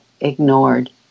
ignored